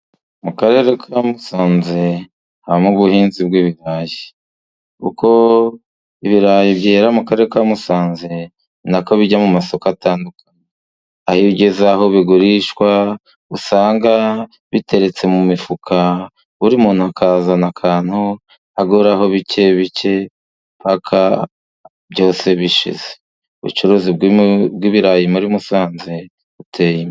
Mu karere Ka Musanze habamo ubuhinzi bw'ibirayi, kuko ibirayi byera mu karere Ka Musanze ni nako bijya mu masoka atandukanye, iyo ugeze aho bigurishwa usanga biteretse mu mifuka buri muntu akazana akantu, aguraho bike bike paka byose bishize , ubucuruzi bw'ibirayi muri Musanze buteye...